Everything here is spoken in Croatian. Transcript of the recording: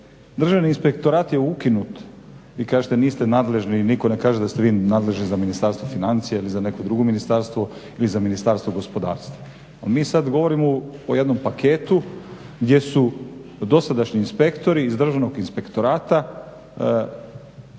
Državni inspektorat je ukinut. Vi kažete niste nadležni i nitko ne kaže da ste vi nadležni za Ministarstvo financija ili za neko drugo ministarstvo ili za Ministarstvo gospodarstva. Mi sad govorimo o jednom paketu gdje su dosadašnji inspektori iz Državnog inspektorata